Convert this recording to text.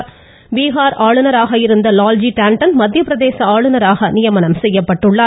இதுவரை பீகார் ஆளுநராக இருந்த லால்ஜி டான்டன் மத்தியப்பிரதேச ஆளுநராக நியமனம் செய்யப்பட்டுள்ளார்